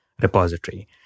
repository